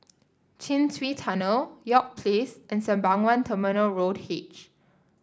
Chin Swee Tunnel York Place and Sembawang Terminal Road H